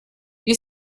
you